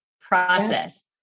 process